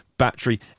battery